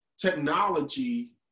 technology